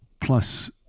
Plus